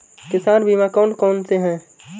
किसान बीमा कौनसे हैं?